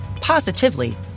positively